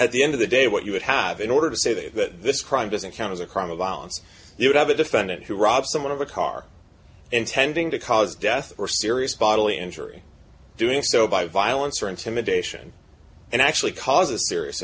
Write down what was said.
at the end of the day what you would have in order to say that this crime doesn't count as a crime of violence you would have a defendant who robs someone of the car intending to cause death or serious bodily injury doing so by violence or intimidation and actually cause a serious